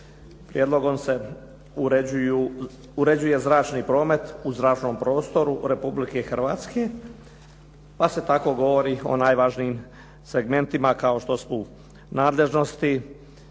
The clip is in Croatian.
prijedlogom se uređuje zračni promet u zračnom prostoru Republike Hrvatske pa se tako govori o najvažnijim segmentima kao što su nadležnosti,